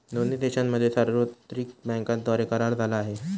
दोन्ही देशांमध्ये सार्वत्रिक बँकांद्वारे करार झाला आहे